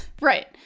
right